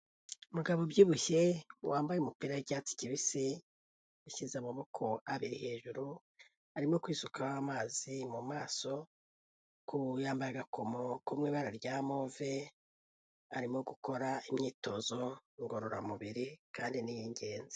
Umugabo ubyibushye wambaye umupira wicyatsi kibisi yashyize amaboko abiri hejuru arimo kwisukaho amazi mu maso yambaye agakomo mu ibara rya move, arimo gukora imyitozo ngororamubiri kandi niy'ingenzi.